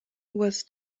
was